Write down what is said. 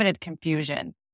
confusion